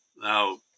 Now